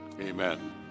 amen